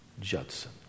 Judson